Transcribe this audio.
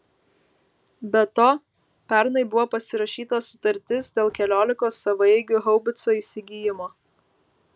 be to pernai buvo pasirašyta sutartis dėl keliolikos savaeigių haubicų įsigijimo